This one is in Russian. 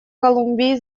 колумбии